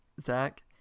zach